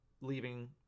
leaving